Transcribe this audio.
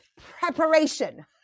preparation